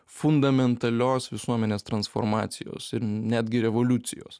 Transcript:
fundamentalios visuomenės transformacijos ir netgi revoliucijos